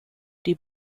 die